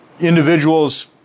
individuals